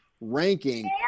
ranking